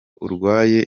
urwaye